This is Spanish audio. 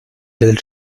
del